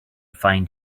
find